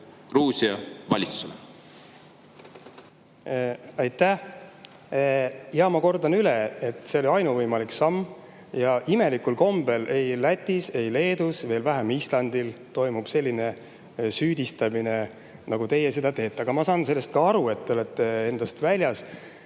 Gruusia valitsusse? Aitäh! Ma kordan üle, et see oli ainuvõimalik samm. Imelikul kombel Lätis ega Leedus – veel vähem Islandil – ei toimu sellist süüdistamist, nagu teie seda teete. Aga ma saan sellest ka aru, et te olete endast väljas,